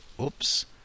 oops